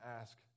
ask